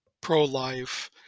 pro-life